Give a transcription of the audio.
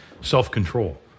self-control